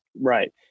Right